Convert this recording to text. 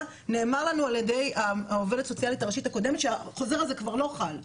נאמר לנו ע"י העו"סית הראשית הקודמת שהחוזר הזה כבר לא חל.